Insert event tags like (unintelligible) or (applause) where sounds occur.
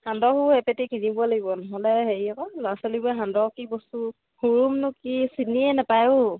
সান্দহো (unintelligible) কিনিব লাগিব নহ'লে হেৰি আকৌ ল'ৰা ছোৱালীবো সান্দহ কি বস্তু (unintelligible) কি চিনিয়ে নেপায় অ'